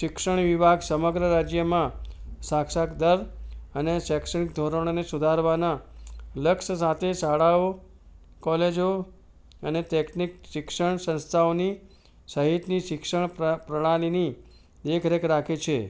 શિક્ષણ વિભાગ સમગ્ર રાજ્યમાં સાક્ષર દર અને શૈક્ષણિક ધોરણોને સુધારવાના લક્ષ્ય સાથે શાળાઓ કોલેજો અને ટેકનિક શિક્ષણ સંસ્થાઓની સહિતની શિક્ષણ પ્રણાલીની દેખરેખ રાખે છે